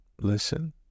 listen